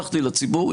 הלכתי לציבור,